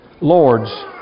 lords